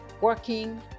working